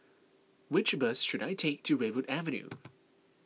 which bus should I take to Redwood Avenue